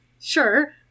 sure